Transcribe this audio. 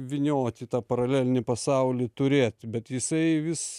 vynioti į tą paralelinį pasaulį turėti bet jisai vis